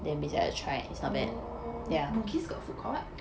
bugis got food court